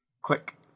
Click